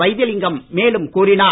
வைத்திலிங்கம் மேலும் கூறினார்